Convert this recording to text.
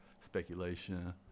speculation